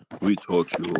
we taught